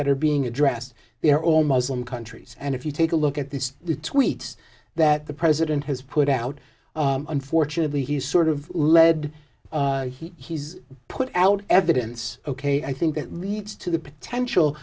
that are being addressed they are all muslim countries and if you take a look at this tweet that the president has put out unfortunately he's sort of led he's put out evidence ok i think that leads to the potential